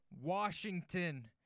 Washington